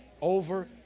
over